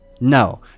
no